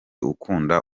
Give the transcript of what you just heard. ukunda